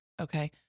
Okay